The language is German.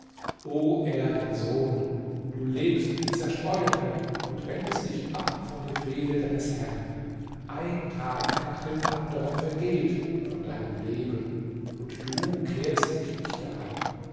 o erdensohn du lebst in zerstreuungen und wendest dich ab vom befehle deines herrn ein tag nach dem anderen vergeht von deinem leben und du kehrst dich nicht daran